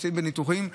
נמצאים בניתוחים,